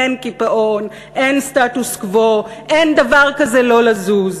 אין קיפאון, אין סטטוס-קוו, אין דבר כזה לא לזוז.